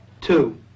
Two